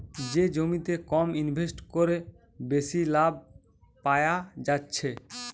যে জমিতে কম ইনভেস্ট কোরে বেশি লাভ পায়া যাচ্ছে